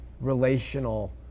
relational